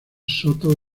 soto